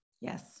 Yes